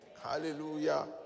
Hallelujah